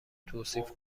توصیف